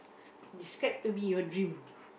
describe to me your dream